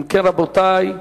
אם כן, רבותי,